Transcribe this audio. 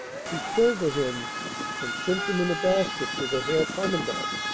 she killed the hens and sent them in a basket to the herr commandant.